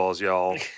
y'all